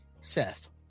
Seth